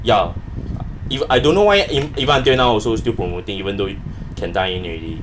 ya if I don't know why eve~ even until now also still promoting even though can dine already